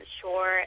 sure